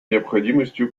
необходимостью